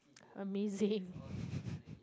amazing